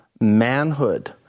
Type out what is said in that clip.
manhood